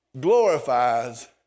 glorifies